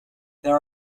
there